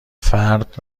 فرد